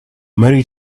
mary